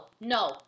no